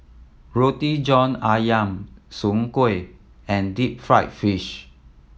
Roti John Ayam Soon Kuih and deep fried fish